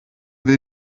will